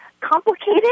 complicated